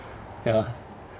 ya